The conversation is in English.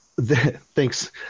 Thanks